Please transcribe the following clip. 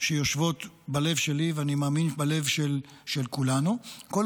שיושבות בלב שלי ובלב של כולנו, אני מאמין.